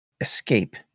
escape